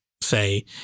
say